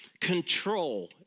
Control